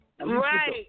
Right